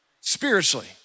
spiritually